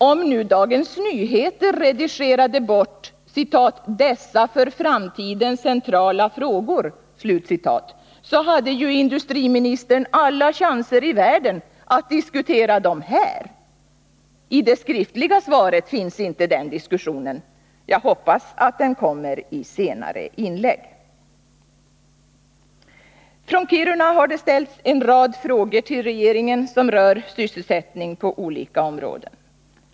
Om nu Dagens Nyheter redigerade bort ”dessa för framtiden centrala frågor” hade ju industriministern alla chanser att diskutera dem här. I det skriftliga svaret finns inte den diskussionen. Jag hoppas att den kommer i senare inlägg. Från Kiruna har det ställts en rad frågor till regeringen rörande sysselsättning på olika områden.